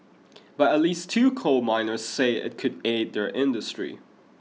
but at least two coal miners say it could aid their industry